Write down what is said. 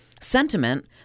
sentiment